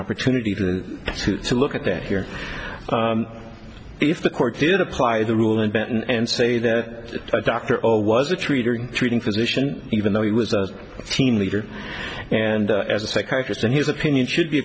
opportunity to look at that here if the court did apply the rule invent and say that a doctor or was a treat or treating physician even though he was a team leader and as a psychiatrist and his opinion should be